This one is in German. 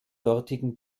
dortigen